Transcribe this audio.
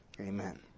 Amen